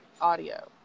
audio